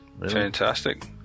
Fantastic